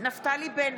נפתלי בנט,